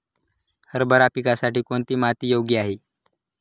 हरभरा पिकासाठी कोणती माती योग्य आहे?